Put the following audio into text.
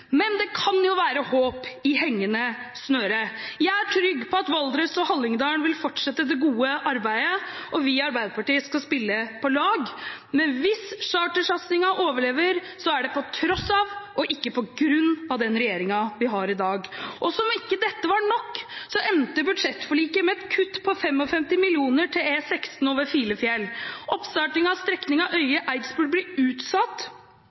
Men det kan jo være håp i hengende snøre. Jeg er trygg på at Valdres og Hallingdal vil fortsette det gode arbeidet, og vi i Arbeiderpartiet skal spille på lag, men hvis chartersatsingen overlever, er det på tross av og ikke på grunn av den regjeringen vi har i dag. Og som om ikke dette var nok, endte budsjettforliket med et kutt på 55 mill. kr til E16 over Filefjell. Oppstart av strekningen Øye–Eidsbru blir utsatt.